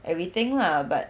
everything lah but